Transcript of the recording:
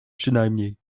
przynajmniej